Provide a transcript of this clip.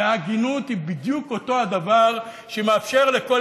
וההגינות היא בדיוק אותו הדבר שמאפשר לכל